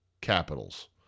Capitals